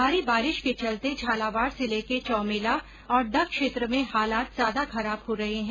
भारी बारिश के चलते झालावाड़ जिले के चौमेला और डग क्षेत्र में हालात ज्यादा खराब हो रहे है